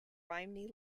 rhymney